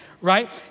right